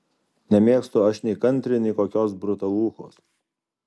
nemėgstu aš nei kantri nei kokios brutaluchos